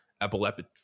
epileptic